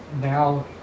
now